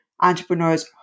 entrepreneurs